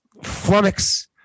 flummox